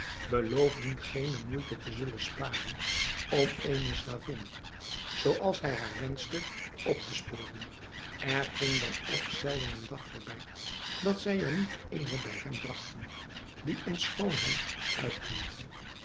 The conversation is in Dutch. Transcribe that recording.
beloofden geene moeite te zullen sparen om eene slavin zooals hij haar wenschte op te sporen er ging dan ook zelden een dag voorbij dat zij er niet eene bij hem bragten die in schoonheid uitmuntte